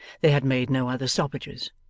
they had made no other stoppages,